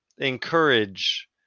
encourage